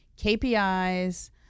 KPIs